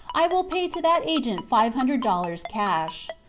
i will pay to that agent five hundred dollars cash.